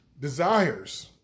desires